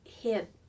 hit